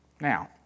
Now